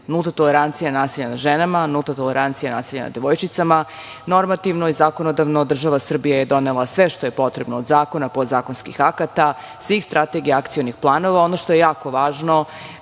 nulta tolerancija nasilja nad ženama, nulta tolerancija nasilja nad devojčicama. Normativno i zakonodavno država Srbija je donela sve što je potrebno od zakona, podzakonskih akata, svih strategija akcionih planova. Ono što je jako važno,